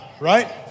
Right